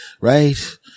Right